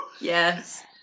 Yes